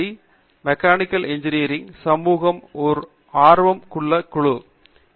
org mechanical engineering சமூகம் ஒரு ஆர்வம் குழு இது